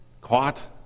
Caught